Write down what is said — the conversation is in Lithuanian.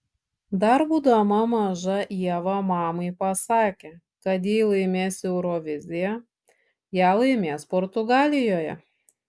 dar būdama maža ieva mamai pasakė kad jei laimės euroviziją ją laimės portugalijoje